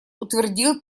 утвердил